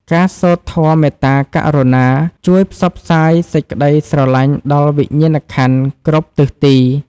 ការសូត្រធម៌មេត្តាករុណា ជួយផ្សព្វផ្សាយសេចក្ដីស្រឡាញ់ដល់វិញ្ញាណក្ខន្ធគ្រប់ទិសទី។